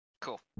Cool